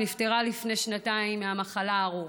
שנפטרה לפני שנתיים מהמחלה הארורה,